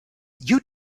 you